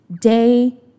day